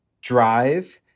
drive